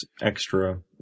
extra